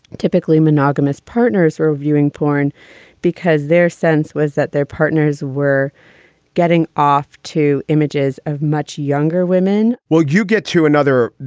typically monogamous partners are viewing porn because their sense was that their partners were getting off to images of much younger women well, you get to another,